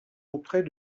auprès